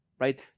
right